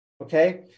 Okay